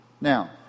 Now